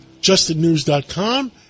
justinnews.com